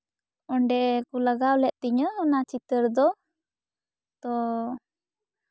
ᱚᱸᱰᱮᱠᱚ ᱞᱟᱜᱟᱣ ᱞᱮᱫ ᱛᱤᱧᱟᱹ ᱚᱱᱟ ᱪᱤᱛᱟᱹᱨ ᱫᱚ ᱛᱚ